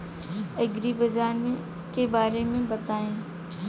एग्रीबाजार के बारे में बताई?